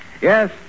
Yes